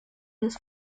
las